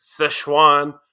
Sichuan